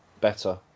better